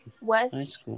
West